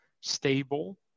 stable